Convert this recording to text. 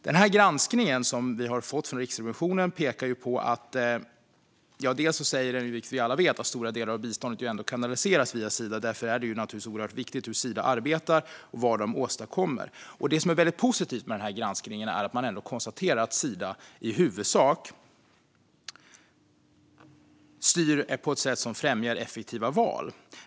Den här granskningen som vi har fått från Riksrevisionen säger - vilket vi alla vet - att stora delar av biståndet ändå kanaliseras via Sida, och därför är det naturligtvis oerhört viktigt hur Sida arbetar och vad de åstadkommer. Det som är väldigt positivt med den här granskningen är att man ändå konstaterar att Sida i huvudsak styr på ett sätt som främjar effektiva val.